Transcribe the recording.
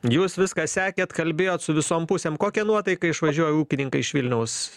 jūs viską sekėt kalbėjot su visom pusėm kokia nuotaika išvažiuoja ūkininkai iš vilniaus